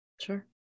Sure